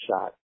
shot